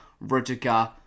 Rudiger